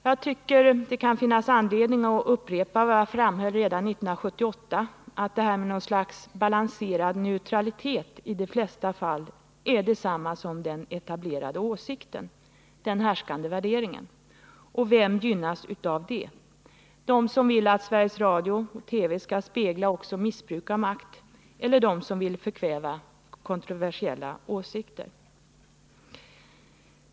Jag tycker att det kan finnas anledning att upprepa vad jag framhöll redan 1978, att detta med något slags balanserad neutralitet i de flesta fall är detsamma som den etablerade åsikten — den härskande värderingen. Vilka gynnas av det? De som vill att Sveriges Radio-koncernen skall spegla också missbruk av makt eller de som vill förkväva kontroversiella åsikter?